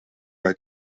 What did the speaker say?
bei